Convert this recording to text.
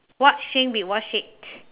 what shade wait what shade